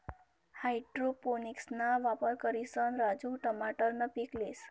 हाइड्रोपोनिक्सना वापर करिसन राजू टमाटरनं पीक लेस